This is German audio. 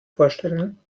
vorstellen